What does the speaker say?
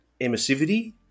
emissivity